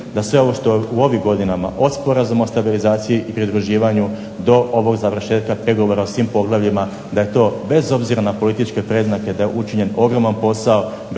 da sve ovo što u ovim godinama od sporazuma o stabilizaciji i pridruživanju, do ovog završetka pregovora u svim poglavljima, da je to bez obzira na političke predznake, da je učinjen ogroman posao,